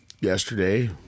yesterday